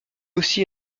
aussi